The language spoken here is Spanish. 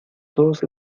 todos